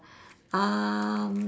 um